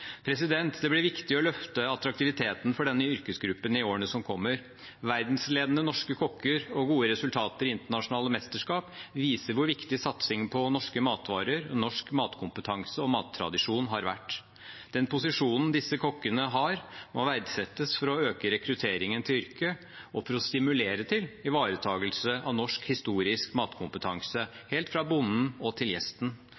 Det blir viktig å løfte attraktiviteten for denne yrkesgruppen i årene som kommer. Verdensledende norske kokker og gode resultater i internasjonale mesterskap viser hvor viktig satsingen på norske matvarer, norsk matkompetanse og mattradisjon har vært. Den posisjonen disse kokkene har, må verdsettes for å øke rekrutteringen til yrket og for å stimulere til ivaretagelse av norsk historisk